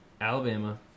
Alabama